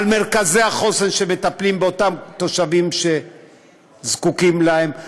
ועל מרכזי החוסן שמטפלים באותם תושבים שזקוקים להם,